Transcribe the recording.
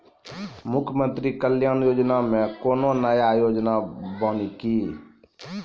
मुख्यमंत्री कल्याण योजना मे कोनो नया योजना बानी की?